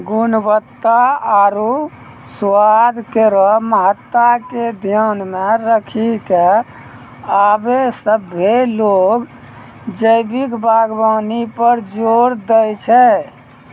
गुणवत्ता आरु स्वाद केरो महत्ता के ध्यान मे रखी क आबे सभ्भे लोग जैविक बागबानी पर जोर दै छै